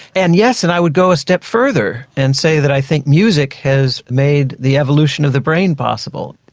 and yes, and i would go a step further and say that i think music has made the evolution of the brain possible.